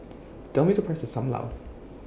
Tell Me The Price of SAM Lau